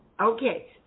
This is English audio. Okay